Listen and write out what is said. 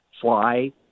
fly